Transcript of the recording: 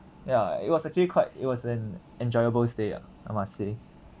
ya it was actually quite it was an enjoyable stay ah I must say